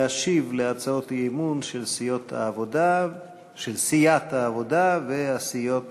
להשיב על הצעות האי-אמון של סיעת העבודה ושל סיעות